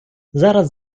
зараз